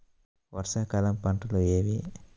వర్షాకాలం పంటలు ఏవి?